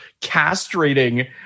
castrating